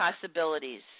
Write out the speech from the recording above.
possibilities